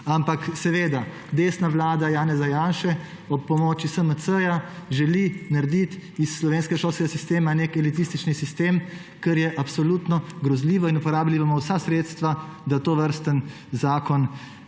Ampak seveda, desna vlada Janeza Janše ob pomoči SMC želi narediti iz slovenskega šolskega sistema nek elitistični sistem, kar je absolutno grozljivo. Uporabili bomo vsa sredstva, da tovrsten zakon